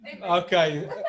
Okay